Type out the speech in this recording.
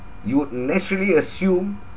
you would naturally assume